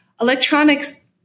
electronics